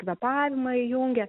kvėpavimą įjungia